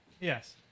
Yes